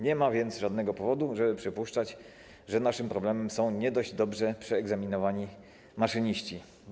Nie ma więc żadnego powodu, żeby przypuszczać, że naszym problemem są nie dość dobrze przeegzaminowani maszyniści.